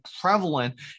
prevalent